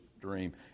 dream